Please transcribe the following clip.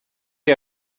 you